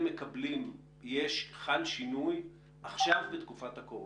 מקבלים חל שינוי עכשיו בתקופת הקורונה.